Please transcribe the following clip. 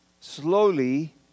slowly